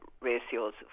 ratios